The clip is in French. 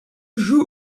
joue